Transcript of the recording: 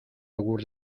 yogur